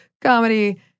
comedy